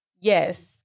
yes